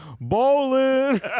Bowling